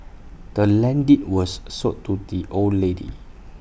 the land's deed was sold to the old lady